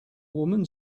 woman